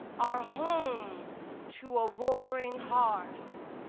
are home to a roaring hearth.